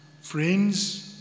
friends